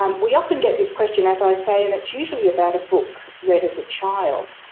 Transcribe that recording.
um we often get this question as i say and it's usually about a book read as a child.